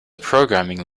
programming